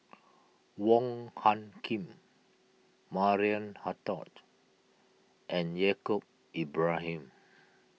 Wong Hung Khim Maria Hertogh and Yaacob Ibrahim